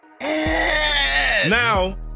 Now